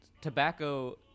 Tobacco